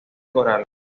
coral